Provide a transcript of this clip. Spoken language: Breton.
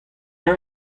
emañ